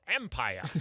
Empire